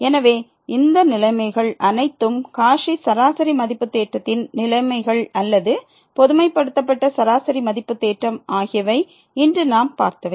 எனவே இந்த நிலைமைகள் அனைத்தும் காச்சி சராசரி மதிப்பு தேற்றத்தின் நிலைமைகள் அல்லது பொதுமைப்படுத்தப்பட்ட சராசரி மதிப்பு தேற்றம் ஆகியவை இன்று நாம் பார்த்தவை